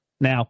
Now